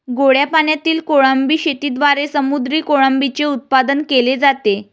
गोड्या पाण्यातील कोळंबी शेतीद्वारे समुद्री कोळंबीचे उत्पादन केले जाते